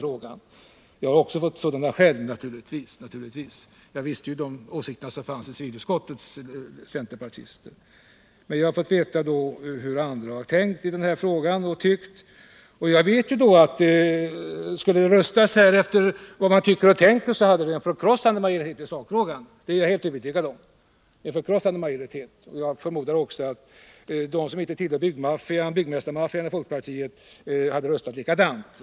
Jag har naturligtvis också fått sådana vittnesbörd direkt — jag visste ju de åsikter som fanns bland civilutskottets centerpartister. Jag har alltså fått veta hur andra tänkt och tyckt i den här frågan. Och jag vet att om det skulle röstas här efter vad man tycker och tänker så skulle vi få en förkrossande majoritet i sakfrågan — det är jag helt övertygad om. Jag förmodar också att de i folkpartiet som inte tillhör byggmästarmaffian skulle rösta likadant.